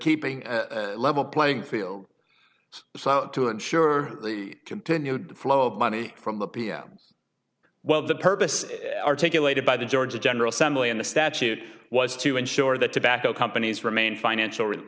keeping a level playing field so to ensure the continued flow of money from the pm well the purpose articulated by the georgia general assembly in the statute was to ensure that tobacco companies remain financial r